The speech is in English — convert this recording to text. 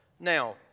Now